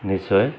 নিশ্চয়